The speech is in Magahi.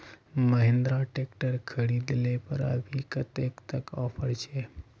महिंद्रा ट्रैक्टर खरीद ले पर अभी कतेक तक ऑफर छे?